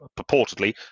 purportedly